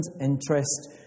interest